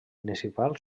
principal